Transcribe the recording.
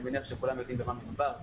אני מניח שכולם יודעים במה מדובר.